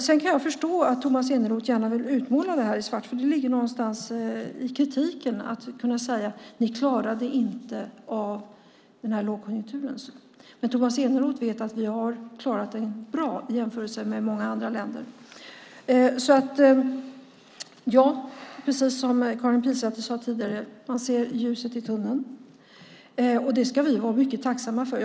Jag kan förstå att Tomas Eneroth gärna vill måla detta i svart, för det ligger någonstans i kritiken att kunna säga att vi inte klarade av lågkonjunkturen. Men Tomas Eneroth vet att vi i jämförelse med många andra länder har klarat den bra. Precis som Karin Pilsäter sade tidigare ser man ljuset i tunneln. Det ska vi vara mycket tacksamma för.